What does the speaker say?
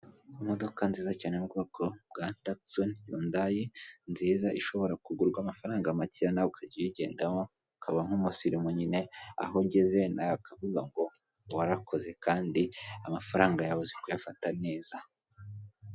Imodoka nziza cyane yo mu bwoko bwa taxson yundayi nziza ishobora kugurwa amafaranga makeya nawe ukajya uyigendamo ukaba nk'umusirimu nyine aho ugeze nawe akavuga ngo warakoze kandi amafaranga yawe uzi kuyafata neza.